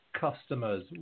customers